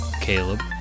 Caleb